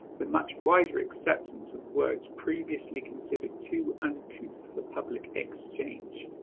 the much wider acceptance of words previously considered too uncouth for public exchange.